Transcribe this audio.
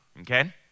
okay